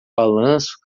balanço